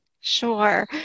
Sure